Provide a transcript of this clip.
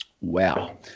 Wow